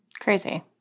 crazy